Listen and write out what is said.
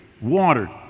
water